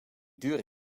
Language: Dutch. duur